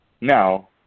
Now